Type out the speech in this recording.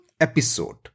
episode